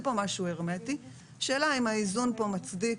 לשימוש ביתי בפנקס האביזרים והמכשירים הרפואיים במשרד הבריאות